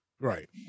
Right